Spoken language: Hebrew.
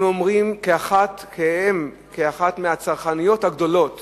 הן אומרות, כאחת מהצרכניות הגדולות